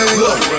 look